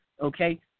okay